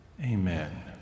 Amen